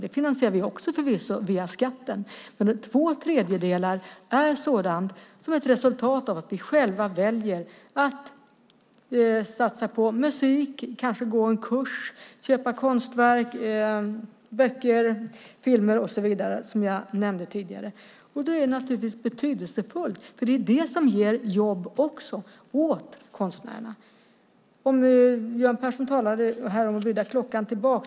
De finansierar vi förvisso via skatten, men två tredjedelar är ett resultat av att vi själva väljer att satsa på att lyssna på musik, kanske gå en kurs, köpa konstverk, läsa böcker, se filmer och så vidare. Det är naturligtvis betydelsefullt. Det är det som också ger jobb åt konstnärerna. Göran Persson talade om att vrida klockan tillbaka.